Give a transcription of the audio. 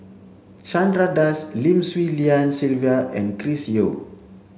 Chandra Das Lim Swee Lian Sylvia and Chris Yeo